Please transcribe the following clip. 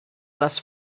les